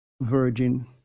Virgin